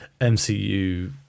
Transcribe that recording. MCU